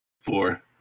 Four